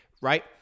right